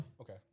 Okay